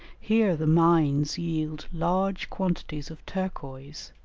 here the mines yield large quantities of turquoise,